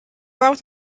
out